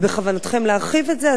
ובכוונתכם להרחיב את זה.